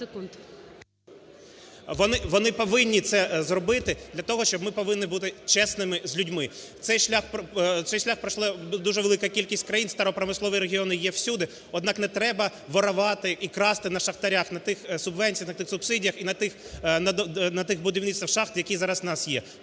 …вони повинні це зробити для того, щоб ми повинні бути чесними з людьми. Цей шлях пройшли дуже велика кількість країн. Старопромислові регіони є всюди, однак не треба воровати і красти на шахтарях, на тих субвенціях, на тих субсидіях і на тих будівництвах шахт, які зараз у нас є.